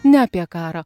ne apie karą